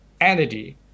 energy